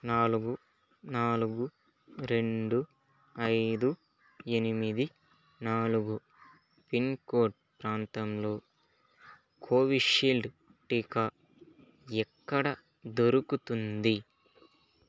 నాలుగు నాలుగు రెండు ఐదు ఎనిమిది నాలుగు పిన్కోడ్ ప్రాంతంలో కోవిషీల్డ్ టీకా ఎక్కడ దొరుకుతుంది